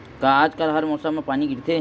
का आज कल हर मौसम पानी गिरथे?